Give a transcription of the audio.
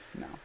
no